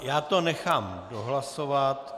Já to nechám dohlasovat...